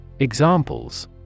Examples